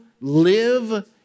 live